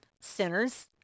sinners